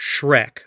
Shrek